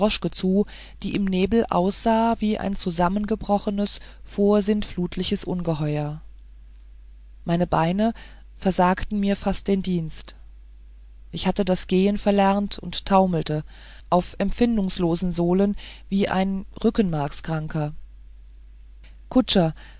zu die im nebel aussah wie ein zusammengebrochenes vorsintflutliches ungeheuer meine beine versagten fast den dienst ich hatte das gehen verlernt und taumelte auf empfindungslosen sohlen wie ein rückenmarkskranker